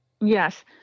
Yes